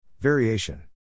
Variation